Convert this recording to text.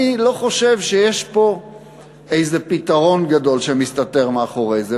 אני לא חושב שיש פה איזה פתרון גדול שמסתתר מאחורי זה,